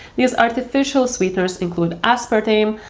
these artificial sweeteners include aspartame,